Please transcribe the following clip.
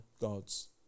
God's